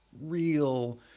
real